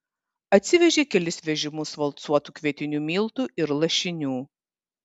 atsivežė kelis vežimus valcuotų kvietinių miltų ir lašinių